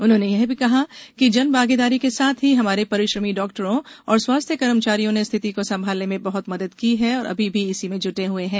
उन्होंने कहा कि जन भागीदारी के साथ ही हमारे परिश्रमी डॉक्टरों और स्वास्थ्य कर्मचारियों ने स्थिति को संभालने में बहत मदद की है और अभी भी इसमें जुटे हुए हैं